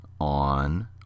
on